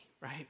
right